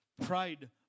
pride